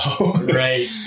Right